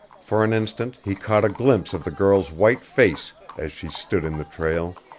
for an instant he caught a glimpse of the girl's white face as she stood in the trail